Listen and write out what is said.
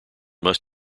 must